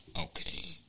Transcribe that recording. Okay